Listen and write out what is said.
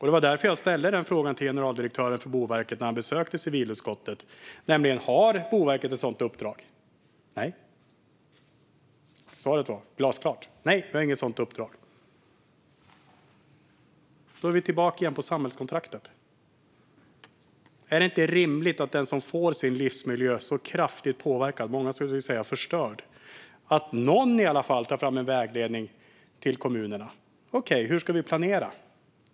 Det var därför som jag ställde den frågan till generaldirektören för Boverket när han besökte civilutskottet, nämligen om Boverket har ett sådant uppdrag. Svaret var glasklart: Nej, vi har inget sådant uppdrag. Då är vi tillbaka på samhällskontraktet. När man får sin livsmiljö så kraftigt påverkad - många skulle säga förstörd - är det då inte rimligt att någon i alla fall tar fram en vägledning till kommunerna? Okej, hur ska vi planera?